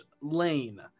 lane